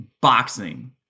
boxing